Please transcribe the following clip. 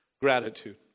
gratitude